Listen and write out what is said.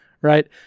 right